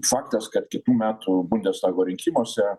faktas kad kitų metų bundestago rinkimuose